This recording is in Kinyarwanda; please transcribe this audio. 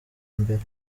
mbere